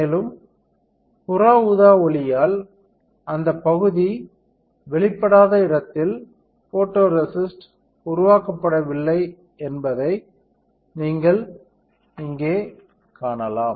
மேலும் புற ஊதா ஒளியால் அந்த பகுதி வெளிப்படாத இடத்தில் போட்டோரேசிஸ்ட் உருவாக்கப்படவில்லை என்பதை நீங்கள் காணலாம்